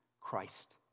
Christ